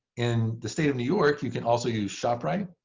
in the state of new york, you can also use shoprite.